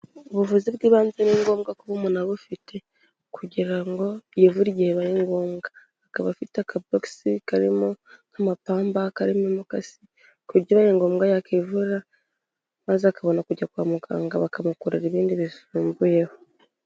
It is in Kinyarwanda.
Ubuvuzi bw'ibanze ni ngombwa kuba umuntu abufite, kugira ngo yivure igihe bibaye ngombwa, akaba afite akabogisi karimo nk'amapamba, karimo imakasi, kuburyo bibaye ngombwa yakivura, maze akabona kujya kwa muganga bakamukorera ibindi bisumbuyeho.